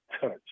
touch